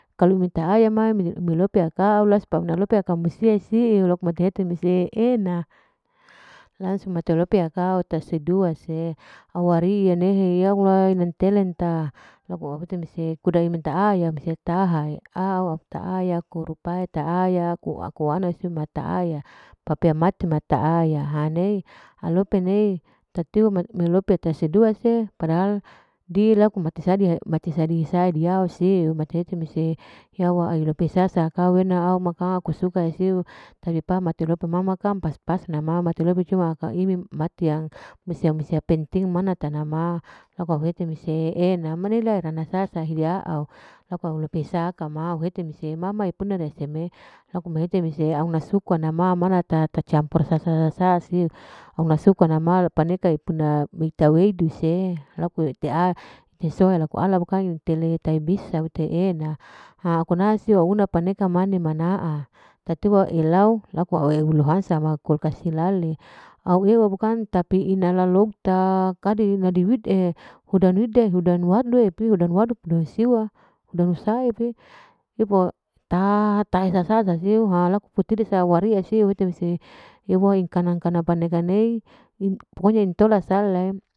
Kalau amita'aya ma melope akau la supaya amuna lope akang musia siu, laku mate hete mese e'ena, langsung mate lope au taser dua se, awari'i nehe yawwa, nanteleta laku au hete mese kuda amen te'aya mese taha, au ta'aya ku rupae ta'aya akuana siu mata aya papea mati mata aya, halope nei tatiwa me lope tasedua se, padahal dilaku mati sadi he, mati sadi sadiyau siu mate hete mese yawwa ailope sasa kawena au makang aku suka siu, tapi par mate lope ma ma kang pas-pasna ma, mate lope cuma aka imi mati yang mese au sia penting mana tanama, laku au hete mese e ma ma aipuna seme laku mehete mese auna sukunama ama mana ta suku ta campur sasa siu auna sukunamal paneka ipuna ita weudu se, laku ite'a ite soa laku ala bukang intele ta bisa ite e'ena, ha akuna siu auna paneka mane mana'a, tatiwa elau, laku alau luhansa, ma kulkas hilale au ew bukang tapi ina lalouta, kade ina diwid'e, huda nuwide, huda nidanu, hudanu siwa, huda nusae pe, ipo tahe sasa sasiu ha laku pitidu sa, au waria siu hete mese yawwa i ingkana-ingkana paneka nei pokonya intola salem.